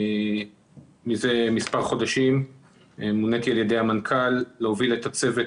ומזה מספר חודשים מוניתי על ידי המנכ"ל להוביל את הצוות